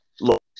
look